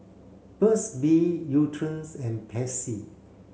Burt's bee Nutren's and Pansy